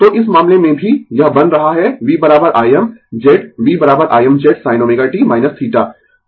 तो इस मामले में भी यह बन रहा है v Im Z v Im Z sin ωt θ